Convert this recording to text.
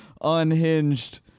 unhinged